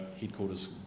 headquarters